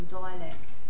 dialect